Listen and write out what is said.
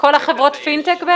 כל חברות פינטק?